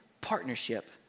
partnership